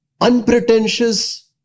unpretentious